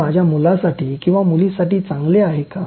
हे माझ्या मुलासाठी किंवा मुलीसाठी चांगले आहे का